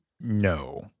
No